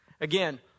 Again